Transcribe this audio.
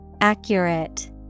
accurate